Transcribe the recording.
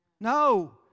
No